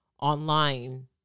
online